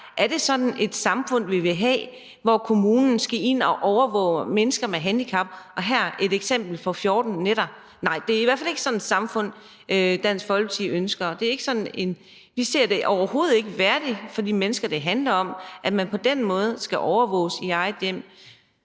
er det sådan et samfund, vi vil have, hvor kommunen skal ind og overvåge mennesker med handicap, og her et eksempel på 14 nætter? Nej, det er i hvert fald ikke sådan et samfund, Dansk Folkeparti ønsker. Vi ser overhovedet ikke, at det er værdigt for de mennesker, det handler om, at man på den måde skal overvåges i eget hjem.